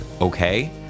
okay